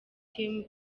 team